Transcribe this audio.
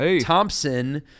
Thompson